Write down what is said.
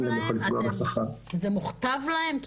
זה מוכתב להן?